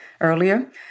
earlier